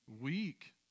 weak